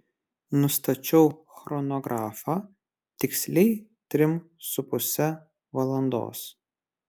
nustačiau chronografą tiksliai trim su puse valandos